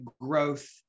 growth